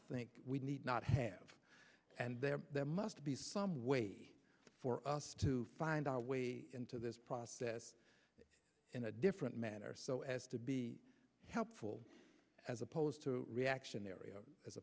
think we need not have and there must be some way for us to find our way into this process in a different manner so as to be helpful as opposed to reactionary as